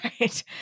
right